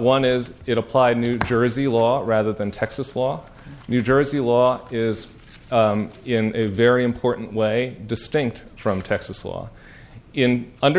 one is it applied in new jersey law rather than texas law new jersey law is in a very important way distinct from texas law in under